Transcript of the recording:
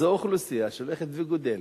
זו אוכלוסייה שהולכת וגדלה.